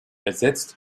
ersetzt